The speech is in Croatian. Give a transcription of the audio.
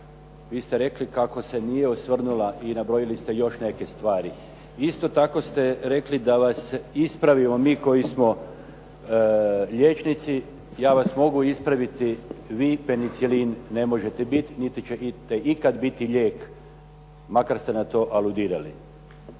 vi ste rekli kako se nije osvrnula i nabrojili ste još neke stvari. Isto tako ste rekli da vas ispravimo mi koji smo liječnici, ja vas mogu ispraviti vi penicilin ne možete biti niti ćete ikada biti lijek makar ste na to aludirali.